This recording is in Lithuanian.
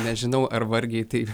nežinau ar vargiai tai